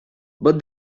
but